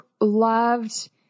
loved